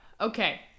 Okay